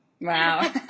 Wow